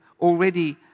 already